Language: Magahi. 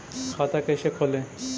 खाता कैसे खोले?